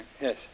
Yes